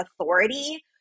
authority